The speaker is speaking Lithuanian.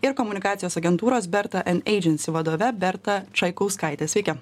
ir komunikacijos agentūros berta eneidžens vadove berta čaikauskaite sveiki sveiki